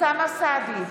אוסאמה סעדי,